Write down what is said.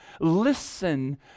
Listen